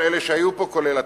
כל אלה שהיו פה, כולל אתה.